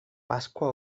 pasqua